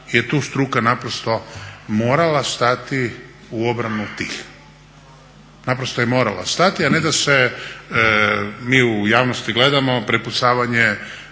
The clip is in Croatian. je tu struka naprosto morala stati u obranu tih, naprosto je morala stati, a ne da se mi u javnosti gledamo, prepucavanje